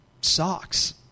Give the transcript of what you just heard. socks